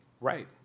Right